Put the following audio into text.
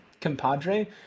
compadre